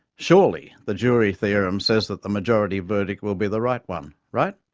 surely the jury theorem says that the majority verdict will be the right one. right?